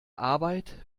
arbeit